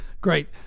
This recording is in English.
great